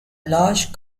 large